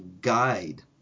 guide